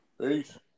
Peace